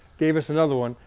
gave us another one,